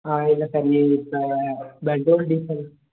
ஆ இல்லை சார் இங்கே இப்போ பெட்ரோல் டீசல்